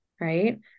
Right